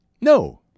No